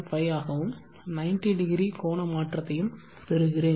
5 ஆகவும் 90 ° கோண மாற்றத்தையும் பெறுகிறேன்